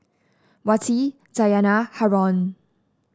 Wati Dayana Haron